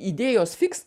idėjos fix